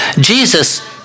Jesus